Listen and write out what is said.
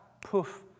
poof